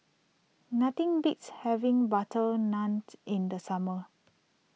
nothing beats having Butter Naant in the summer